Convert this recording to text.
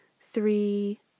three